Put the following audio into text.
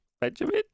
Benjamin